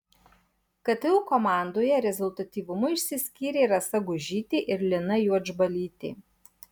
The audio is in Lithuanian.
ktu komandoje rezultatyvumu išsiskyrė rasa gužytė ir lina juodžbalytė